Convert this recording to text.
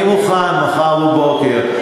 אני מוכן מחר בבוקר.